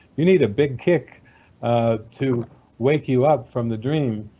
you need a big kick to wake you up from the dream.